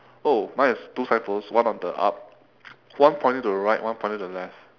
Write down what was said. oh mine is two signpost one on the up one pointing to the right one pointing to the left